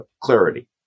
clarity